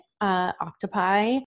octopi